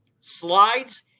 Slides